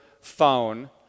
phone